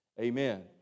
amen